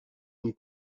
une